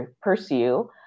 pursue